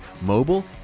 Mobile